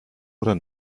oder